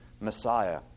Messiah